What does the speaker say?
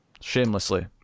Shamelessly